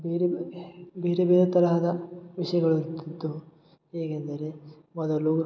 ಬೇರೆ ಬೇರೆ ಬೇರೆ ತರಹದ ವಿಷಯಗಳು ಇರುತಿತ್ತು ಹೇಗೆಂದರೆ ಮೊದಲು